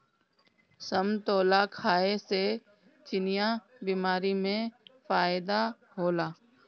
समतोला खाए से चिनिया बीमारी में फायेदा होला